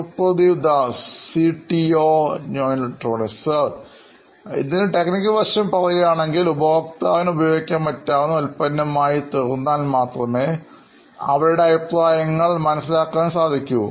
സുപ്രതിവ് Das CTO നോയിൻ electronics sir ഇതിൻറെ technical വശം പറയുകയാണെങ്കിൽ ഉപഭോക്താവിന് ഉപയോഗിക്കാൻ പറ്റാവുന്ന ഒരു ഉൽപ്പന്നമായി തീർന്നാൽ മാത്രമേ അവരുടെ അഭിപ്രായങ്ങൾ അറിയാൻ സാധിക്കൂ